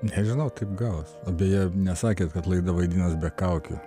nežinau taip gavos bėje nesakėt kad laida vadinas be kaukių